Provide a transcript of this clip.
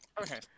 Okay